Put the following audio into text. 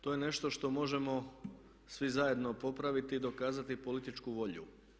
To je nešto što možemo svi zajedno popraviti i dokazati političku volju.